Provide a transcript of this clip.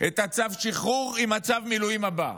ואת צו השחרור עם צו המילואים הבא.